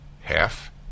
half